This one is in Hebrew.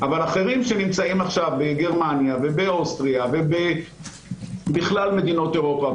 אבל אחרים שנמצאים עכשיו בגרמניה ובאוסטריה ובכלל מדינות אירופה,